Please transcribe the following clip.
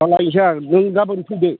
दा लायनोसै आं नों गाबोन फैदो